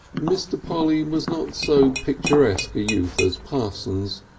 mr. polly was not so picturesque a youth as parsons.